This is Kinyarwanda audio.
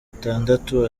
itandatu